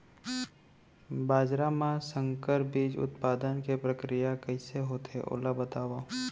बाजरा मा संकर बीज उत्पादन के प्रक्रिया कइसे होथे ओला बताव?